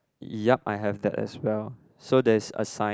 yup I have that as well so there's a sign